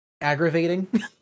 aggravating